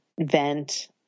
vent